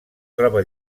troba